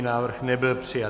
Návrh nebyl přijat.